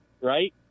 right